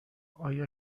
آیا